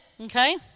okay